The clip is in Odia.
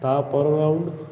ତା' ପର ରାଉଣ୍ଡ